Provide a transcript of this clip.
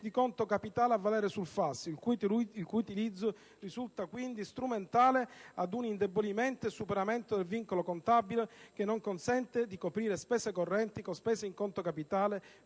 in conto capitale a valere sul FAS, il cui utilizzo risulta quindi strumentale ad un indebolimento e superamento del vincolo contabile, che non consente di coprire spese correnti con spese in conto capitale